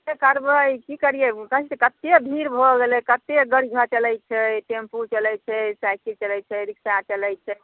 ठीक है करबै की करिऐ कहैत छी कतेक भीड़ भऽ गेलै कतेक गड़ी आर चलैत छै टेम्पू चलैत छै साइकिल चलैत छै रिक्सा चलैत छै